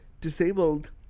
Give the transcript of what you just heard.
disabled